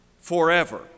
forever